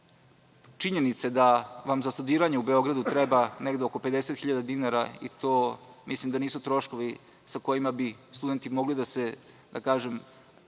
činjenice da vam za studiranje u Beogradu treba negde oko 50 hiljada dinara i to mislim da nisu troškovi sa kojima bi studenti mogli da komotno